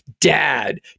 dad